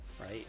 right